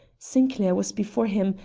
sinclair was before him,